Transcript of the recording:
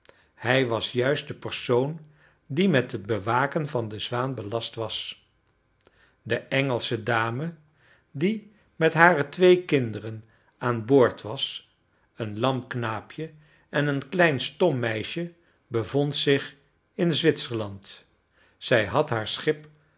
hij was juist de persoon die met het bewaken van de zwaan belast was de engelsche dame die met hare twee kinderen aan boord was een lam knaapje en een klein stom meisje bevond zich in zwitserland zij had haar schip